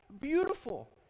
Beautiful